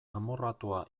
amorratua